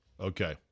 Okay